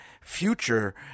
future